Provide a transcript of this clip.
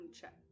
check